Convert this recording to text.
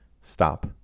stop